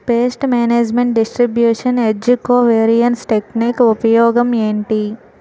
paste management distribution ఏజ్జి covariance technique ఉపయోగం ఏంటి